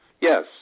Yes